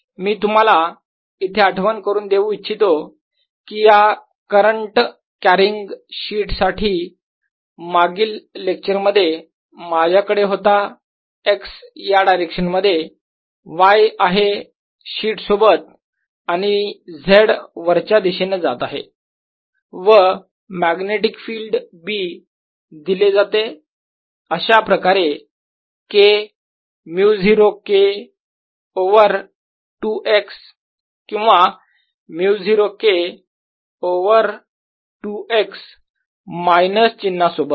मी तुम्हाला इथे आठवण करून देऊ इच्छितो कि या करंट कॅरिंग शीट साठी मागील लेक्चर मध्ये माझ्याकडे होता x या डायरेक्शन मध्ये y आहे शीट सोबत आणि z वरच्या दिशेने जात आहे व मॅग्नेटिक फिल्ड B दिले जाते अशाप्रकारे K μ0 K ओवर 2 x किंवा μ0 K ओवर 2 x मायनस चिन्हा सोबत